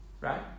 Right